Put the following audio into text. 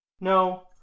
No